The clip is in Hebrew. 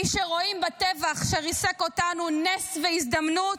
מי שרואים בטבח שריסק אותנו נס והזדמנות,